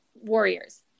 Warriors